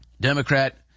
Democrat